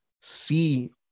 see